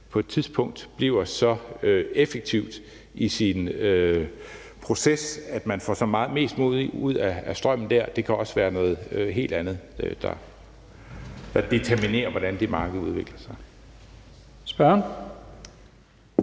på et tidspunkt bliver så effektivt i sin proces, at man får mest muligt ud af strømmen der, men det kan også være noget helt andet, der determinerer, hvordan det marked udvikler sig.